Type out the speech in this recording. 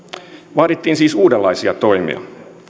vaadittiin siis uudenlaisia toimia